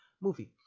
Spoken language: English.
movie